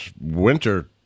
winter